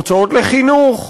הוצאות לחינוך.